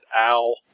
owl